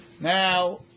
Now